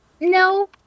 No